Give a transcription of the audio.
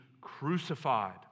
crucified